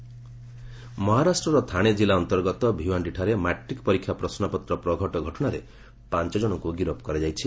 paper leak arrest ମହାରାଷ୍ଟ୍ରର ଥାଣେ ଜିଲ୍ଲା ଅନ୍ତର୍ଗତ ଭିୱାଣିଠାରେ ମାଟ୍ରିକ୍ ପରୀକ୍ଷା ପ୍ରଶ୍ରପତ୍ର ପ୍ରଘଟ ଘଟଣାରେ ପାଞ୍ଚ ଜଣଙ୍କ ଗିରଫ୍ କରାଯାଇଛି